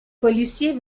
policiers